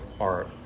art